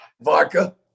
Vodka